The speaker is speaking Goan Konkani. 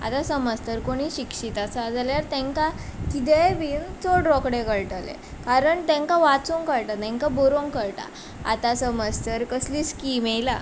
आतां समज तर कोणी शिक्षीत आसा जाल्यार तांकां किदेंय बीन चड रोखडें कळटलें कारण तांकां वाचोंक कळटा तांकां बरोवंक कळटा आतां समज तर कसली स्कीम येल्या